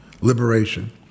liberation